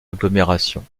agglomération